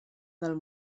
del